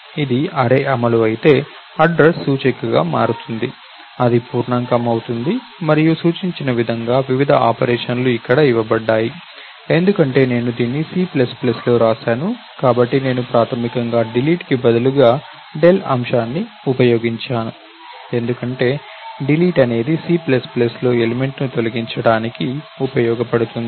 ఇది అర్రే అమలు అయితే అడ్రస్ సూచికగా మారుతుంది అది పూర్ణాంకం అవుతుంది మరియు సూచించిన విధంగా వివిధ ఆపరేషన్లు ఇక్కడ ఇవ్వబడ్డాయి ఎందుకంటే నేను దీన్ని Cలో వ్రాసాను కాబట్టి నేను ప్రాథమికంగా delete కి బదులుగా dell అంశాన్ని ఉపయోగించాను ఎందుకంటే డిలీట్ అనేది Cలో ఎలిమెంట్ ని తొలగించడానికి ఉపయోగించబడుతుంది